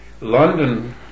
London